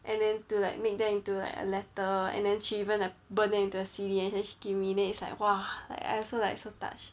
and then to like make them into like a letter and then she even like burned them into a C_D and then she gave me then it's like !wah! like I'm like so touched